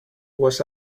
was